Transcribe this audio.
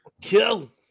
Kill